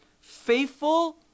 faithful